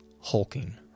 hulking